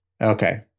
Okay